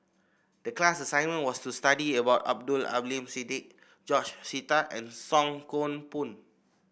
the class assignment was to study about Abdul Aleem Siddique George Sita and Song Koon Poh